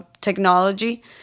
technology